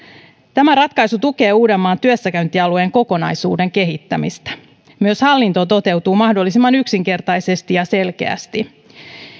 tämä ratkaisu tukee uudenmaan työssäkäyntialueen kokonaisuuden kehittämistä myös hallinto toteutuu mahdollisimman yksinkertaisesti ja selkeästi